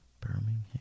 Birmingham